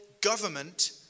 government